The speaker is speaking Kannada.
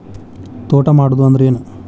ತೋಟ ಮಾಡುದು ಅಂದ್ರ ಏನ್?